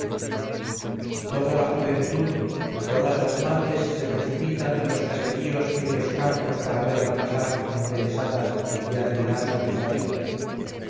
toda la juventud todas las madres se precipitan de los caseríos y de los campos para verla pasar embelesadas y admirar su bizarría